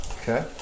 Okay